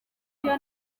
iyo